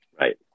Right